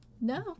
no